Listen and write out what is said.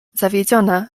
zawiedziona